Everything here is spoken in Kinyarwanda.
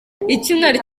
icyumweru